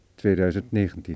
2019